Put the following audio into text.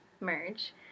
Merge